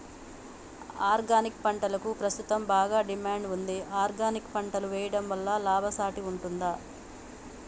Organic పంటలకు ప్రస్తుతం బాగా డిమాండ్ ఉంది ఆర్గానిక్ పంటలు వేయడం వల్ల లాభసాటి ఉంటుందా?